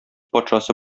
патшасы